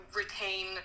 retain